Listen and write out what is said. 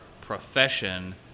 profession